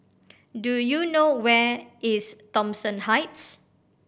do you know where is Thomson Heights